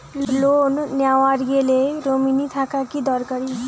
Loan নেওয়ার গেলে nominee থাকা কি দরকারী?